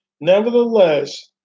Nevertheless